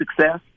success